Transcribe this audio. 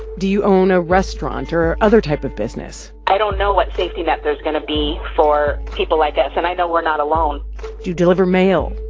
do you own a restaurant or other type of business? i don't know what safety net there's going to be for people like us. and i know we're not alone do you deliver mail,